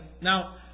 Now